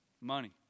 Money